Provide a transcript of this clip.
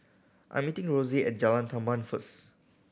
I'm meeting Rossie at Jalan Tamban first